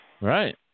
Right